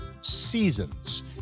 seasons